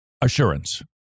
Assurance